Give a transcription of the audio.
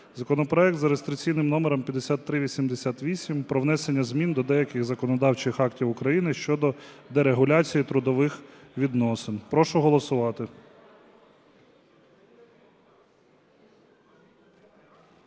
законопроект за реєстраційним номером 5388 про внесення змін до деяких законодавчих актів України щодо дерегуляції трудових відносин. Прошу голосувати.